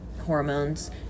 hormones